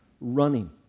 running